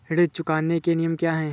ऋण चुकाने के नियम क्या हैं?